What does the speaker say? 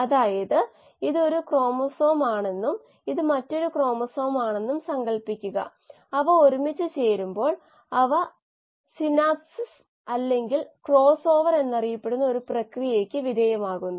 അതിനാൽ ഇവിടെ എഴുതിയ പൈറനോസ് രൂപമാണിത് തുടർന്ന് മറ്റ് ഗ്ലൂക്കോസ് തന്മാത്രകളുമായി ഈ രീതിയിൽ ബന്ധിപ്പിച്ചിരിക്കുന്നു ഇത് അമിലോസ് എന്നറിയപ്പെടുന്ന അന്നജത്തിന്റെ ഒരു രൂപമാണ്